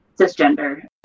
cisgender